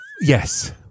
Yes